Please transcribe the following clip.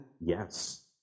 Yes